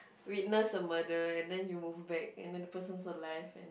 witness a murder and then you move back and then the person's alive